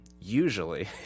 Usually